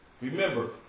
Remember